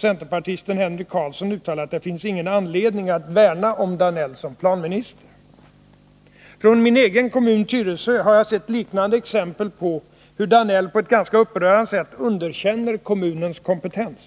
Centerpartisten Henry Karlsson uttalade att det finns ingen anledning att värna om Georg Danell som planminister. Från min egen kommun, Tyresö, har jag sett liknande exempel på hur statsrådet Danell på ett ganska upprörande sätt underkänner kommunens kompetens.